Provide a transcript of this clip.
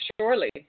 surely